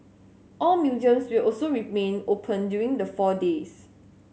all museums will also remain open during the four days